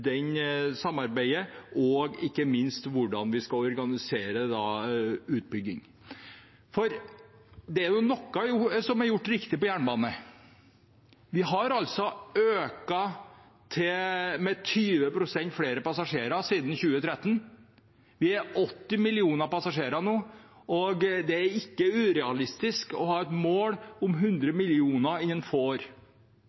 samarbeidet og ikke minst hvordan vi skal organisere utbygging. For det er jo noe som er gjort riktig på jernbane. Antallet passasjerer har økt med 20 pst. siden 2013. Vi er 80 millioner passasjerer nå, og det er ikke urealistisk å ha et mål om 100